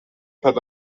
per